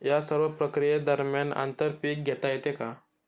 या सर्व प्रक्रिये दरम्यान आंतर पीक घेता येते का?